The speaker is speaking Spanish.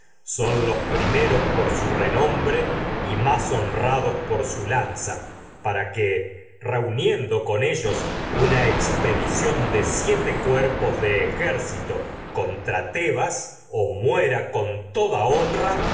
por los primeros para renombre con más honrados expesu lanza que reuniendo ellos una dición de siete cuerpos de ejército contra tebas o mue ra con toda honra